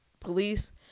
police